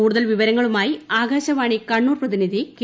കൂടുതൽ വിവരങ്ങളുമായി ആകാശവാണി കണ്ണൂർ പ്രതിനിധി കെ